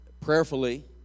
prayerfully